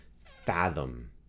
fathom